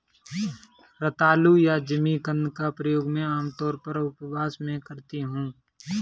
रतालू या जिमीकंद का प्रयोग मैं आमतौर पर उपवास में करती हूँ